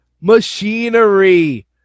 Machinery